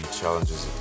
challenges